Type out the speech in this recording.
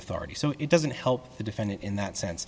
authority so it doesn't help the defendant in that sense